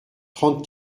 trente